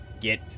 get